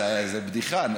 זו בדיחה.